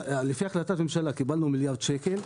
לפי החלטת ממשלה קיבלנו מיליארד ₪,